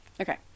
Okay